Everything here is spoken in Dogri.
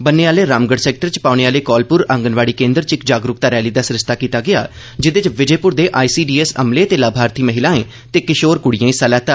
बन्ने आह्ले रामगढ़ सैक्टर च पौने आह्ले कौलपुर आंगनवाड़ी केन्द्र च इक जागरूकता रैली दा सरिस्ता कीता गेआ जेह्दे च विजयपुर दे आईसीडीएस अमले ते लाभार्थी महिलाएं ते किशोर कुड़िएं हिस्सा लैता